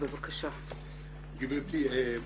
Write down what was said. גבירתי,